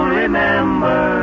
remember